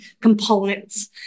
components